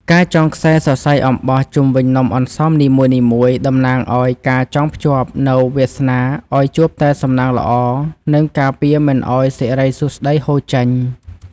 ការចងខ្សែសរសៃអំបោះជុំវិញនំអន្សមនីមួយៗតំណាងឱ្យការចងភ្ជាប់នូវវាសនាឱ្យជួបតែសំណាងល្អ និង ការពារមិនឱ្យសិរីសួស្ដីហូរចេញ។